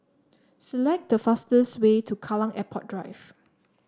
select the fastest way to Kallang Airport Drive